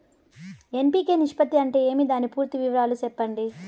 NPK నిష్పత్తి అంటే ఏమి దాని పూర్తి వివరాలు సెప్పండి?